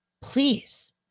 Please